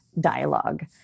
dialogue